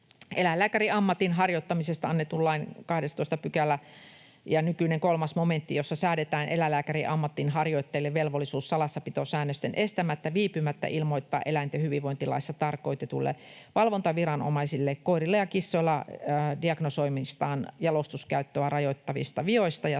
Eläinlääkärin ammatin harjoittamisesta annetun lain 12 § ja nykyinen 3 momentti, jossa säädetään eläinlääkärin ammatin harjoittajille velvollisuus salassapitosäännösten estämättä viipymättä ilmoittaa eläinten hyvinvointilaissa tarkoitetuille valvontaviranomaisille koirilla ja kissoilla diagnosoimistaan, jalostuskäyttöä rajoittavista vioista ja